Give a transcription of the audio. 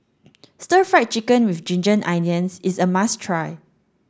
stir fried chicken with ginger onions is a must try